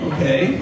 Okay